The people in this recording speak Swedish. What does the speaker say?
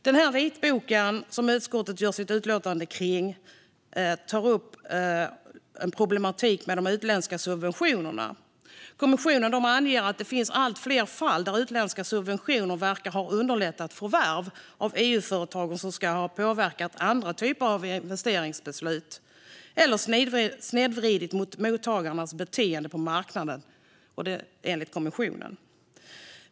Den vitbok som utskottet ger sitt utlåtande om tar upp en problematik med de utländska subventionerna. Kommissionen anger att det finns allt fler fall där utländska subventioner verkar ha underlättat förvärv av EU-företag som ska ha påverkat andra typer av investeringsbeslut eller, enligt kommissionen, snedvridit mottagarnas beteende på marknaden.